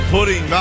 Putting